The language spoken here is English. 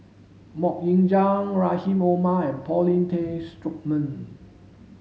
Mok Ying Jang Rahim Omar and Paulin Tay Straughan